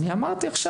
אמרתי עכשיו.